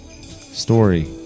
story